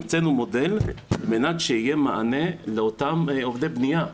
המצאנו מודל על מנת שיהיה מענה לאותם עובדי בנייה.